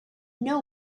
know